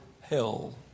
hell